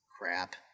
crap